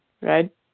right